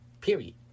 Period